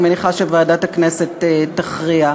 אני מניחה שוועדת הכנסת תכריע.